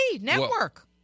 Network